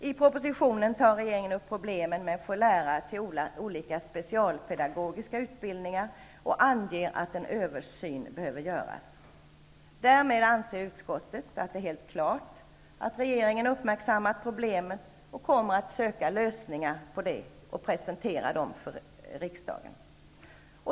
I propositionen tar regeringen upp problemen med att få lärare till olika specialpedagogiska utbildningar och anger att en översyn behöver göras. Därmed anser utskottet att det är helt klart att regeringen har uppmärksammat problemet och att man kommer att söka lösningar på det och presentera dem för riksdagen.